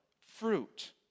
fruit